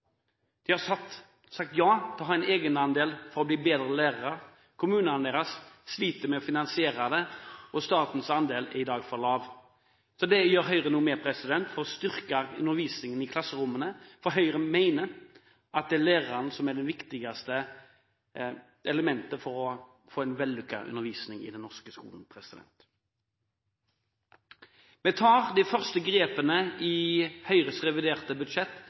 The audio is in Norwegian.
sagt ja til en egenandel for å bli bedre lærere. Kommunene deres sliter med å finansiere det, og statens andel er i dag for lav. Det gjør Høyre noe med for å styrke undervisningen i klasserommene, for Høyre mener det er lærerne som er det viktigste elementet for å få en vellykket undervisning i den norske skolen. I Høyres reviderte budsjett tar vi de første grepene for på sikt å fjerne formuesskatten. Høyre har i